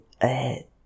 ahead